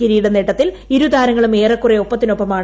കിരീട നേട്ടത്തിൽ ഇരു താരങ്ങളും ഏറെക്കുറെ ഒപ്പത്തിനൊപ്പമാണ്